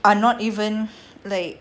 are not even like